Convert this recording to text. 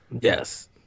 Yes